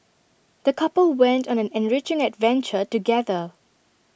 the couple went on an enriching adventure together